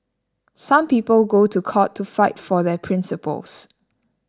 some people go to court to fight for their principles